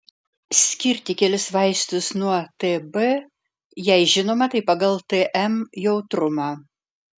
skirti kelis vaistus nuo tb jei žinoma tai pagal tm jautrumą